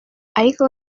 ariko